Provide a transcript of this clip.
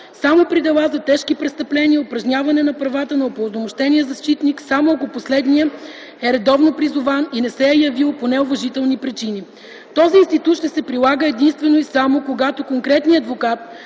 само при дела за тежки престъпления и упражняване на правата на упълномощения защитник, само ако последният е редовно призован и не се е явил по неуважителни причини. Този институт ще се прилага единствено и само когато конкретният адвокат,